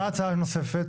מה ההצעה הנוספת?